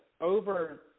over